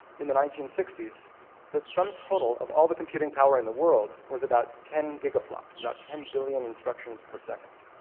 in the nineteen sixty s, the sum total of all the computing power in the world was about ten gigaflops, about ten billion instructions per second.